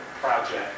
project